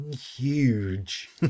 huge